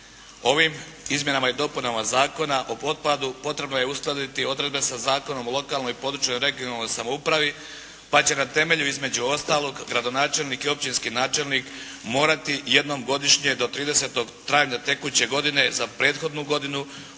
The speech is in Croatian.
Ovim izmjenama i dopunama Zakona o otpadu potrebno je uskladiti odredbe sa Zakonom o lokalnoj područnoj (regionalnoj) samoupravi, pa će na temelju između ostalog gradonačelnik i općinski načelnik morati jednom godišnje do 30. travnja tekuće godine za prethodnu godinu